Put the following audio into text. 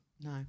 No